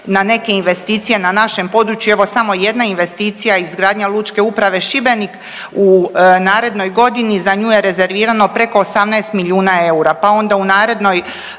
na neke investicije na našem području. Evo, samo jedna investicija, izgradnja lučke uprave Šibenik u narednoj godini, za nju je rezervirano preko 18 milijuna eura, pa onda u narednoj